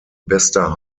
bester